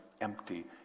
empty